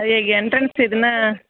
entrance எதுனால்